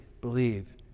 believe